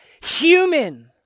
human